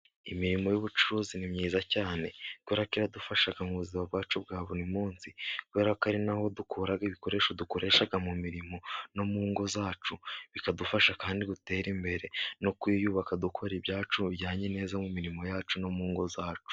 Imirimo y'ubucuruzi ni myiza cyane kuberako idufasha mu buzima bwacu bwa buri munsi kubera ko ari naho dukura ibikoresho dukoresha mu mirimo no mu ngo zacu bikadufasha kandi dutera imbere no kwiyubaka dukora ibyacu bijyanye neza mu mirimo yacu no mu ngo zacu.